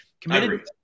Committed